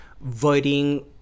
voting